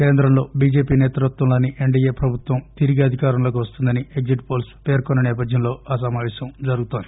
కేంద్రంలో బిజెపి నేతృత్వంలోని ఎన్లీఏ ప్రభుత్వం తిరిగి అధికారంలోకి వస్తుందని ఎగ్జిట్ పోల్స్ పేర్కొన్న సేపథ్యంలో ఆ సమాపేశం జరుగుతోంది